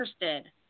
interested